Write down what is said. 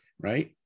right